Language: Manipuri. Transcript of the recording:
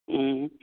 ꯎꯝ